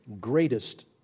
greatest